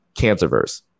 Cancerverse